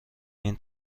این